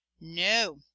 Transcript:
no